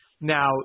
Now